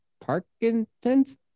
Parkinson's